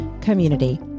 community